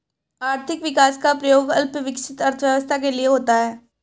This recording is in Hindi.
आर्थिक विकास का प्रयोग अल्प विकसित अर्थव्यवस्था के लिए होता है